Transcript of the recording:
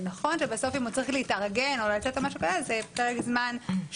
ונכון שבסוף אם הוא צריך להתארגן או לצאת או משהו כזה זה פרק זמן מאתגר.